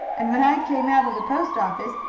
and when i came out of the post-office,